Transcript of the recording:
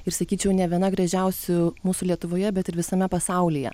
ir sakyčiau ne viena gražiausių mūsų lietuvoje bet ir visame pasaulyje